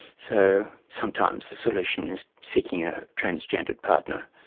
so sometimes the solution is seeking a transgendered partner,